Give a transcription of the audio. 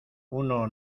uno